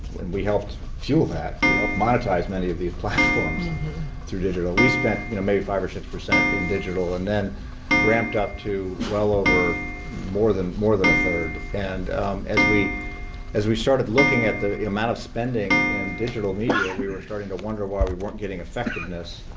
and we helped fuel that. we helped monetize many of these platforms through digital. we spent, you know, maybe five or six percent in digital and then ramped up to well over more than more than a third. and as we as we started looking at the amount of spending in digital media, we were starting to wonder why we weren't getting effectiveness.